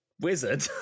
wizard